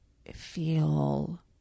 feel